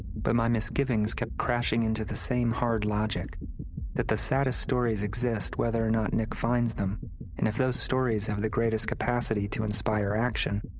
but my misgivings kept crashing into the same hard logic that the saddest stories exist whether or not nick finds them. and if those stories have the greatest capacity to inspire action,